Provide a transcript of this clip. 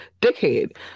dickhead